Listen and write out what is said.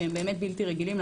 שהם באמת בלתי רגילים,